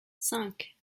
cinq